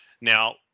Now